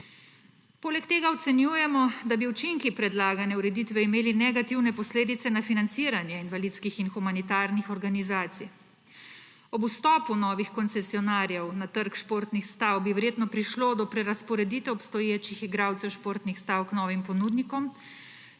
Poleg tega ocenjujemo, da bi učinki predlagane ureditve imeli negativne posledice na financiranje invalidskih in humanitarnih organizacij. Ob vstopu novih koncesionarjev na trg športnih stav bi verjetno prišlo do prerazporeditve obstoječih igralcev športnih stav k novim ponudnikom,